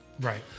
Right